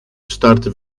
starten